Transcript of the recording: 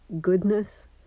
goodness